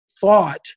thought